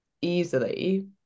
easily